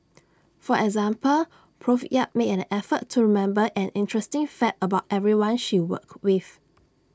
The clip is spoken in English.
for example Prof yap made an effort to remember an interesting fact about everyone she worked with